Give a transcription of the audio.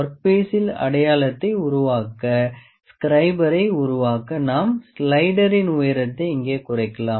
ஒர்க்பீசில் அடையாளத்தை உருவாக்க ஸ்க்ரைபரை உருவாக்க நாம் ஸ்ளைடரின் உயரத்தை இங்கே குறைக்கலாம்